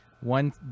one